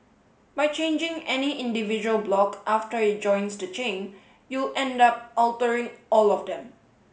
by changing any individual block after it joins the chain you'll end up altering all of them